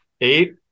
eight